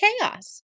chaos